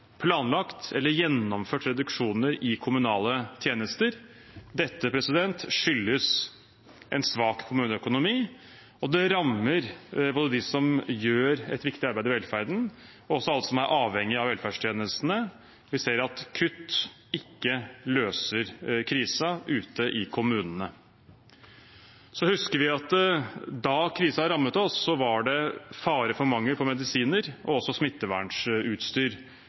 planlagt eller gjennomført reduksjoner i kommunale tjenester. Dette skyldes en svak kommuneøkonomi, og det rammer både dem som gjør et viktig arbeid i velferden, og også alle som er avhengige av velferdstjenestene. Vi ser at kutt ikke løser krisen ute i kommunene. Så husker vi at da krisen rammet oss, var det fare for mangel på medisiner og